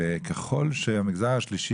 ככל שהשלטון,